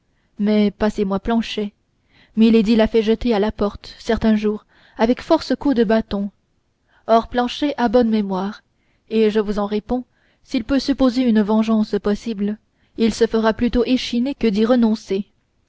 mais passez-moi planchet milady l'a fait jeter à la porte certain jour avec force coups de bâton or planchet a bonne mémoire et je vous en réponds s'il peut supposer une vengeance possible il se fera plutôt échiner que d'y renoncer